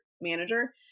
manager